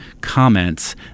comments